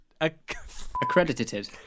accredited